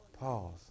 pause